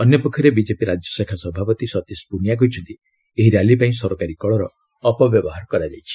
ଅନ୍ୟ ପକ୍ଷରେ ବିଜେପି ରାଜ୍ୟଶାଖା ସଭାପତି ଶତୀଶ ପୁନିଆ କହିଛନ୍ତି ଏହି ର୍ୟାଲି ପାଇଁ ସରକାରୀ କଳର ଅପବ୍ୟବହାର କରାଯାଇଛି